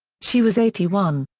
she was eighty one.